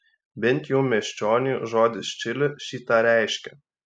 bent jau miesčioniui žodis čili šį tą reiškia